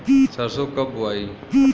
सरसो कब बोआई?